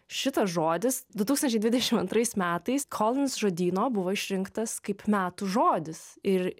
šitas žodis du tūkstančiai dvidešimt antrais metais kolins žodyno buvo išrinktas kaip metų žodis ir